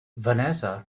vanessa